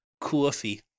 Coffee